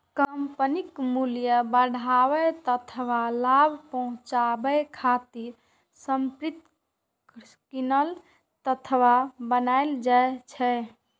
कंपनीक मूल्य बढ़ाबै अथवा लाभ पहुंचाबै खातिर संपत्ति कीनल अथवा बनाएल जाइ छै